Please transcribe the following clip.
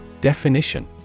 Definition